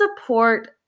support